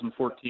2014